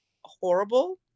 horrible